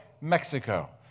Mexico